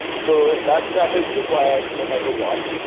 so that step is required no matter what.